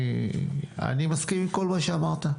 אני מסכים עם כל מה שאמרת.